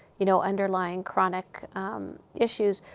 you know, underlying chronic issues?